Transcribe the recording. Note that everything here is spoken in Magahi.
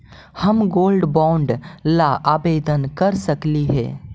हम गोल्ड बॉन्ड ला आवेदन कर सकली हे?